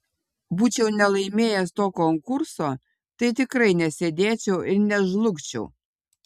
būčiau nelaimėjęs to konkurso tai tikrai nesėdėčiau ir nežlugčiau